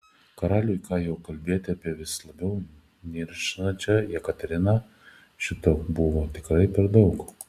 karaliui ką jau kalbėti apie vis labiau nirštančią jekateriną šito buvo tikrai per daug